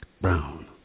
brown